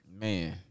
Man